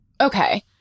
Okay